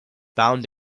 bound